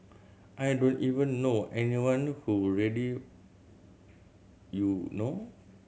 I don't even know anyone whom ready you know